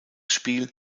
spiel